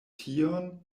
tion